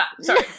Sorry